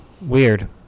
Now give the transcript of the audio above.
Weird